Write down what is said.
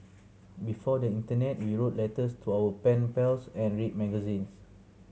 before the internet we wrote letters to our pen pals and read magazines